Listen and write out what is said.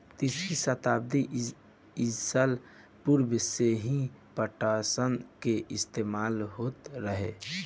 तीसरी सताब्दी ईसा पूर्व से ही पटसन के इस्तेमाल होत रहे